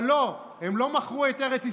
אבל לא, הם לא מכרו את ארץ ישראל,